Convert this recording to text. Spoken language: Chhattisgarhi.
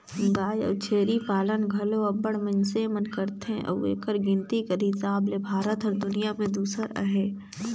गाय अउ छेरी पालन घलो अब्बड़ मइनसे मन करथे अउ एकर गिनती कर हिसाब ले भारत हर दुनियां में दूसर अहे